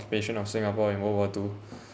occupation of singapore in world war two